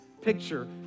picture